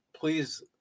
Please